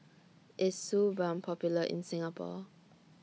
IS Suu Balm Popular in Singapore